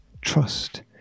trust